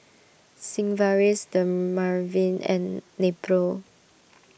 Sigvaris Dermaveen and Nepro